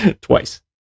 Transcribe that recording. twice